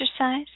exercise